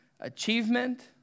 achievement